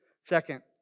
Second